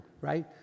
right